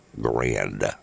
grand